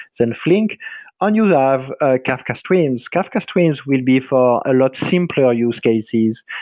then flink and you'll ah have ah kafka streams kafka streams will be for a lot simpler use cases,